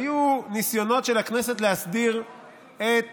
היו ניסיונות של הכנסת להסדיר את